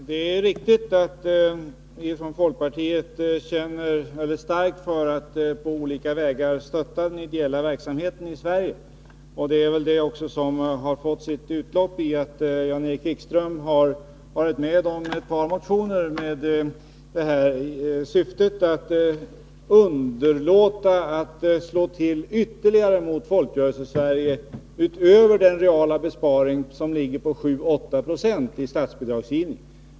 Fru talman! Det är riktigt att vi i folkpartiet känner väldigt starkt för att den ideella verksamheten i Sverige på olika sätt stöttas. Det är väl den strävan som har resulterat i att Jan-Erik Wikström står bakom ett par motioner, vilka syftar till att man underlåter att slå till ytterligare mot Folkrörelsesverige — alltså utöver den reala besparingen på 7-8 90 i statsbidragsgivning.